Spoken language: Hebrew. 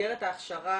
במסגרת ההכשרה